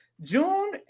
June